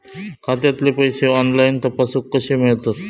खात्यातले पैसे ऑनलाइन तपासुक कशे मेलतत?